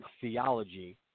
theology